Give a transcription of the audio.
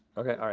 okay, ah